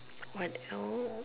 what hour